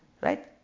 Right